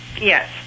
yes